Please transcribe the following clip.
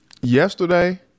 yesterday